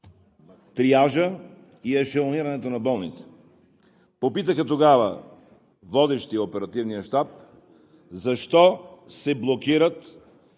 триажа и ешелонирането на болници. Попитаха тогава водещия Оперативния щаб защо се блокират